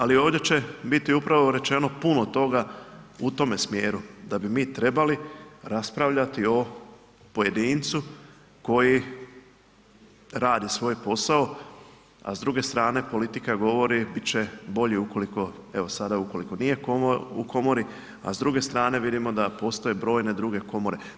Ali ovdje će biti upravo rečeno puno toga u tome smjeru da bi mi trebali o pojedincu koji radi svoj posao a s druge strane, politika govori bit će bolji ukoliko, evo sada ukoliko nije u komori a s druge strane vidimo da postoje brojne druge komore.